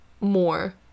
more